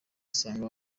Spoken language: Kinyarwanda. usanga